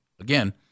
again